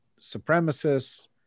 supremacists